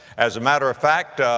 as a matter of fact,